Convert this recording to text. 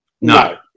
No